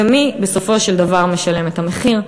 ומי בסופו של דבר משלם את המחיר?